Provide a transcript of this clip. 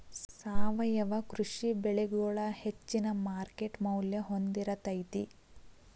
ಸಾವಯವ ಕೃಷಿ ಬೆಳಿಗೊಳ ಹೆಚ್ಚಿನ ಮಾರ್ಕೇಟ್ ಮೌಲ್ಯ ಹೊಂದಿರತೈತಿ